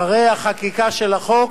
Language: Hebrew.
אחרי החקיקה של החוק,